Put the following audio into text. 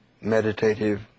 meditative